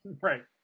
right